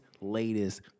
latest